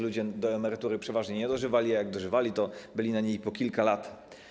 Ludzie do emerytury przeważnie nie dożywali, a jak dożywali, to byli na niej kilka lat.